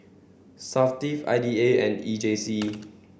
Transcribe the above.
SAFTIF I D A and E J C